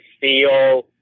feel